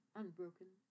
unbroken